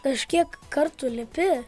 kažkiek kartų lipi